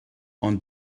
ond